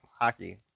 hockey